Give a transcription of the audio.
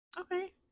okay